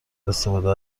استفاده